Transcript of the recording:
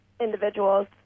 individuals